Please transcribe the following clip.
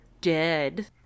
dead